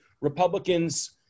Republicans